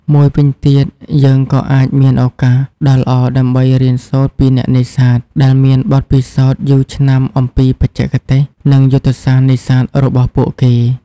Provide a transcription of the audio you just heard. មួយវិញទៀត យើងក៏អាចមានឱកាសដ៏ល្អដើម្បី រៀនសូត្រពីអ្នកនេសាទ ដែលមានបទពិសោធន៍យូរឆ្នាំអំពីបច្ចេកទេសនិងយុទ្ធសាស្ត្រនេសាទរបស់ពួកគេ។